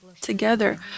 together